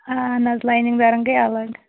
اہَن حظ لاینِنٛگ دارَن گٔے الگ